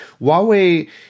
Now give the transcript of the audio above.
Huawei